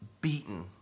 beaten